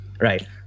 Right